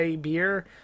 beer